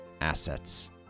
assets